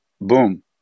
boom